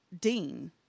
dean